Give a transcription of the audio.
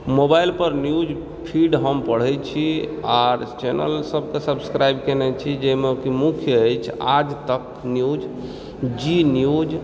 mobile पर newsfeed हम पढ़ै छी आर चैनल सब तऽ सब्स्क्राइब कयने छी जाहिमे कि मुख्य अछि आजतक न्यूज जी न्यूज